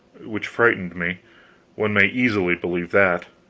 which frightened me one may easily believe that.